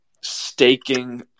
staking